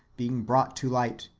being brought to light,